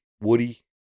woody